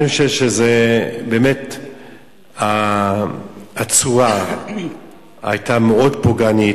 אני חושב שבאמת הצורה היתה מאוד פוגענית,